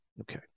Okay